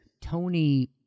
Tony